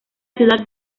ciudad